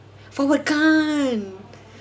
fawad khan